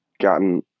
gotten